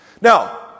Now